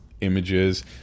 images